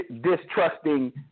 distrusting